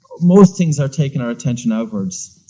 most things are taking our attention outwards,